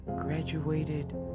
graduated